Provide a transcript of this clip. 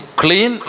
clean